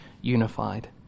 unified